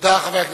תודה רבה.